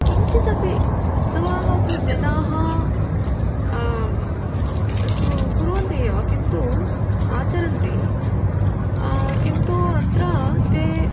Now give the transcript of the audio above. किञ्चित् अपि उत्सवाः तु जनाः तु कुर्वन्ति एव किन्तु आचरन्ति किन्तु अत्र ते